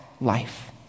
life